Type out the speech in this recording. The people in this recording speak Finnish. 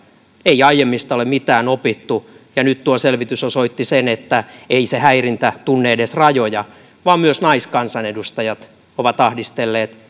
ei aiemmista ole mitään opittu nyt osoitti sen että ei se häirintä tunne edes rajoja vaan myös naiskansanedustajat ovat ahdistelleet